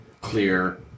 clear